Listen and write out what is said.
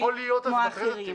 היכול להיות הזה מטריד אותי.